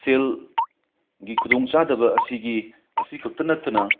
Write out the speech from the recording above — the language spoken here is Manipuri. ꯁꯦꯜ ꯒꯤ ꯈꯨꯗꯣꯡ ꯆꯥꯗꯕ ꯑꯁꯤꯒꯤ ꯑꯁꯤ ꯈꯛꯇ ꯅꯠꯇꯅ